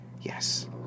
Yes